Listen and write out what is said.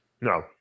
No